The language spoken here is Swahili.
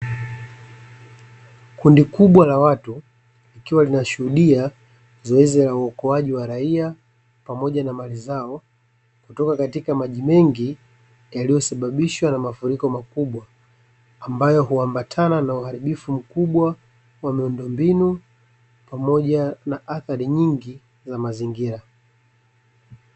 Kundi kubwa la watu likiwa linashuhudia zoezi la uokoaji wa raia pamoja na mali zao, kutoka katika maji mengi yaliyosababishwa na mafuriko makubwa, ambayo huambatana na uharibifu mkubwa wa miundombinu, pamoja na athari nyingi za mazingira.